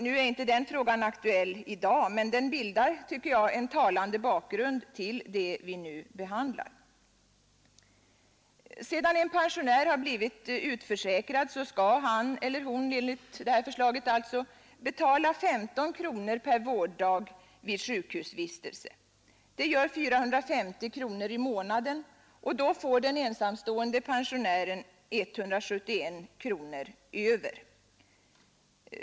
Nu är inte den frågan aktuell i dag, men den bildar, tycker jag, en talande bakgrund till det vi nu behandlar. Sedan en pensionär har blivit utförsäkrad skall han eller hon enligt förslaget betala 15 kronor per vårddag vid sjukhusvistelse. Det gör 450 kronor i månaden, och då får den ensamstående pensionären 171 kronor ”över”.